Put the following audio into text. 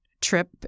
trip